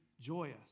joyous